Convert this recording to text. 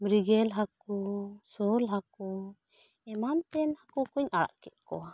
ᱢᱨᱤᱜᱮᱞ ᱦᱟᱹᱠᱩ ᱥᱳᱞ ᱦᱟᱹᱠᱩ ᱮᱢᱟᱱ ᱛᱮᱱ ᱦᱟᱹᱠᱩ ᱠᱟᱹᱧ ᱟᱲᱟᱜ ᱠᱮᱫ ᱠᱚᱣᱟ